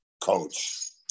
coach